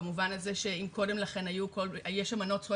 במובן הזה שאם קודם לכן היו אמנות זכויות